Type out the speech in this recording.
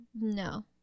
No